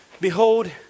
behold